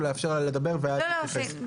או לאפשר לה לדבר ואת תתייחסי?